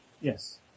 Yes